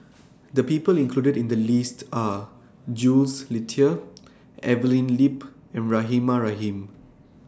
The People included in The list Are Jules Itier Evelyn Lip and Rahimah Rahim